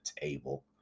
table